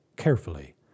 carefully